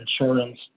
insurance